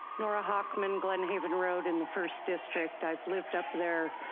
nora hawkman, glenhaven road in the first district. i've lived up there